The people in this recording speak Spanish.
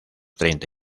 treinta